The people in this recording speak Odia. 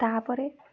ତା'ପରେ